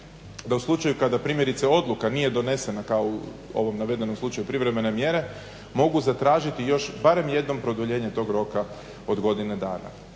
da u slučaju kada primjerice odluka nije donesena kao u ovom navedenom slučaju privremene mjere mogu zatražiti još barem jednom produljenje tog roka od godine dana.